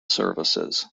services